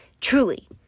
Truly